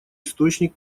источник